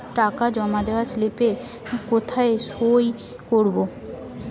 টাকা জমা দেওয়ার স্লিপে কোথায় সই করব?